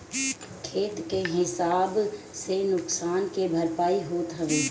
खेत के हिसाब से नुकसान के भरपाई होत हवे